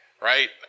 right